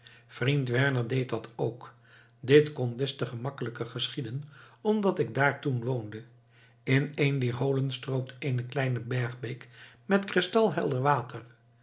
vriend werner deed dat ook dit kon des te gemakkelijker geschieden omdat ik daar toen woonde in een dier holen stroomt eene kleine bergbeek met kristal helder water